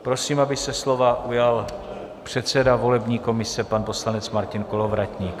Prosím, aby se slova ujal předseda volební komise pan poslanec Martin Kolovratník.